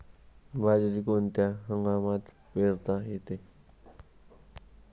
बाजरी कोणत्या हंगामात पेरता येते?